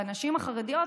הנשים החרדיות